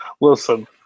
Listen